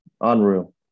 unreal